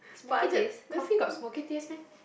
smoky taste coffee got smoky taste meh